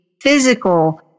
physical